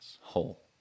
whole